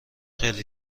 خیلی